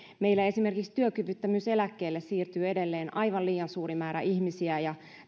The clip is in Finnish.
meillä esimerkiksi työkyvyttömyyseläkkeelle siirtyy edelleen aivan liian suuri määrä ihmisiä ja